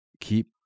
Keep